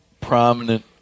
prominent